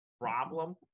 problem